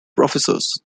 officers